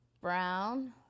Brown